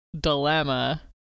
dilemma